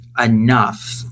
enough